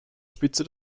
spitze